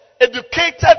Educated